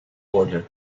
order